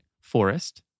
forest